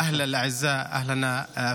(אומר דברים בשפה הערבית.) תודה, אדוני היושב-ראש.